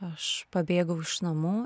aš pabėgau iš namų